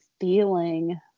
feeling